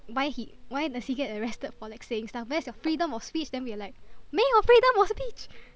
why he why does he get arrested for like saying stuff where's your freedom of speech then we are like 没有 freedom of speech